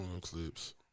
Clips